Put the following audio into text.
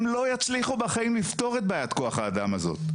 הם לא יצליחו בחיים לפתור את בעיית כוח האדם הזאת,